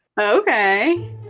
Okay